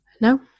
No